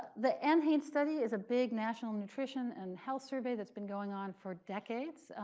the and nhanes study is a big, national nutrition and health survey that's been going on for decades.